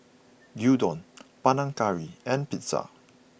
Gyudon Panang Curry and Pizza